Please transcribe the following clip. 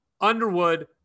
Underwood